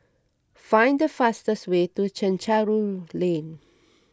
find the fastest way to Chencharu Lane